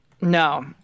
No